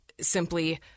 simply